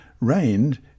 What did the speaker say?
reigned